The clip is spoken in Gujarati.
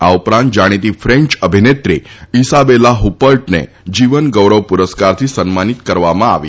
આ ઉપરાંત જાણિતી ફ્રેન્ચ અભિનેત્રી ઈસાબેલા હ્રપર્ટને જીવન ગૌરવ પુરસ્કારથી સન્માનિત કરવામાં આવી હતી